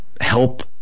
help